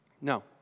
No